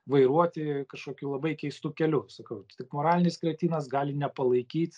vairuoti kažkokiu labai keistu keliu sakau tik moralinis kretinas gali nepalaikyt